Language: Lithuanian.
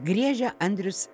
griežia andrius